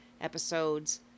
episodes